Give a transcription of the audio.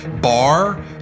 bar